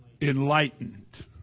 enlightened